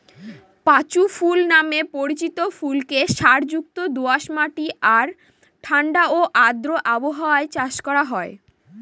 পাঁচু ফুল নামে পরিচিত ফুলকে সারযুক্ত দোআঁশ মাটি আর ঠাণ্ডা ও আর্দ্র আবহাওয়ায় চাষ করা হয়